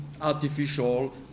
artificial